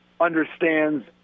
understands